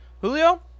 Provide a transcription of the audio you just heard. Julio